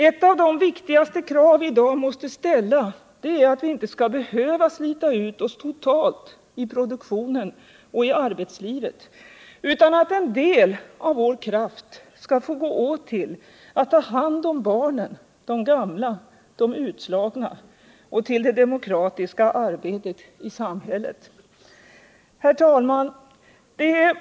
Ett av de viktigaste krav vi i dag måste ställa är att vi inte skall behöva slita ut oss totalt i produktionen och arbetslivet utan att en del av vår kraft skall få gå åt till att ta hand om barnen, de gamla, de utslagna och till det demokratiska arbetet i samhället. Herr talman!